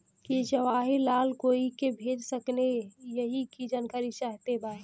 की जवाहिर लाल कोई के भेज सकने यही की जानकारी चाहते बा?